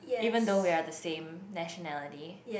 even though we are the same nationality